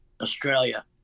Australia